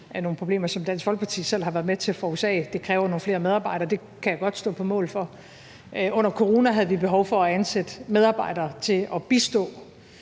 – nogle problemer, som Dansk Folkeparti selv har været med til at forårsage. Det kræver nogle flere medarbejdere. Det kan jeg godt stå på mål for. Under corona havde vi behov for at ansætte medarbejdere til at bistå